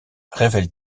révèle